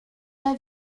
pas